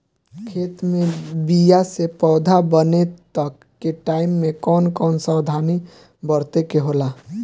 खेत मे बीया से पौधा बने तक के टाइम मे कौन कौन सावधानी बरते के होला?